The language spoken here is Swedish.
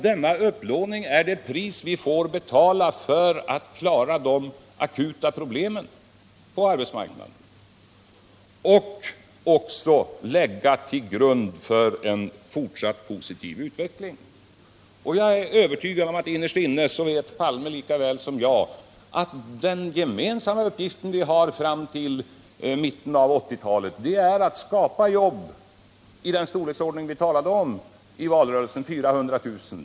Denna upplåning är det pris vi får betala för att klara de akuta problemen på arbetsmarknaden och få en grund för en fortsatt positiv utveckling. Jag är övertygad om att Olof Palme innerst inne vet lika väl som jag att den gemensamma uppgift som vi har fram till mitten av 1980-talet är att skapa jobb i den storleksordning vi talade om i valrörelsen — 400 000.